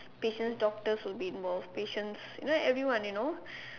patients doctor would be move patients you know everyone you know